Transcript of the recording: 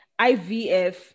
IVF